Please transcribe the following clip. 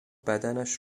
بدنش